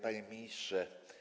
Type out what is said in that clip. Panie Ministrze!